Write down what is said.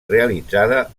realitzada